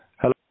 Hello